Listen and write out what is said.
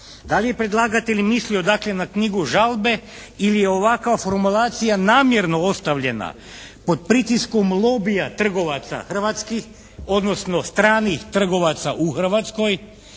Da li je predlagatelj mislio dakle na knjigu žalbe ili je ovakva formulacija namjerno ostavljena pod pritiskom lobija trgovaca hrvatskih, odnosno stranih trgovaca u Hrvatskoj